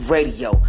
Radio